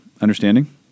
understanding